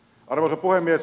arvoisa puhemies